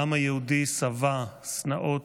העם היהודי שבע שנאות,